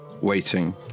waiting